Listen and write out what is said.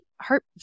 heart